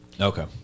okay